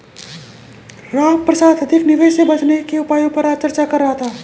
रामप्रसाद अधिक निवेश से बचने के उपायों पर आज चर्चा कर रहा था